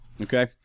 Okay